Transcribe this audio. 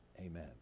Amen